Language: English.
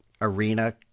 arena